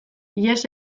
ihes